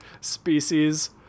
Species